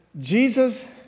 Jesus